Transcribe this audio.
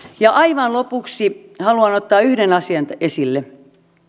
ja aivan lopuksi haluan ottaa yhden asian esille